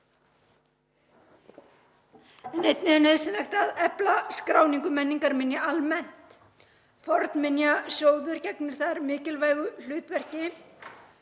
er nauðsynlegt að efla skráningu menningarminja almennt. Fornminjasjóður gegnir þar mikilvægu hlutverki.